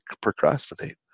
procrastinate